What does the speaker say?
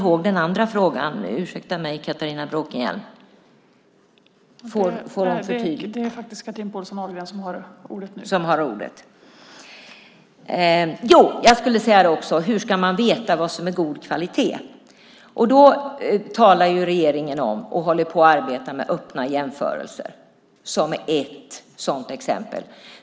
Hur ska man veta vad som är god kvalitet? Regeringen talar om och arbetar med öppna jämförelser som ett sådant exempel.